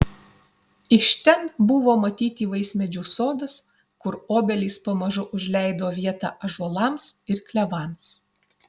iš ten buvo matyti vaismedžių sodas kur obelys pamažu užleido vietą ąžuolams ir klevams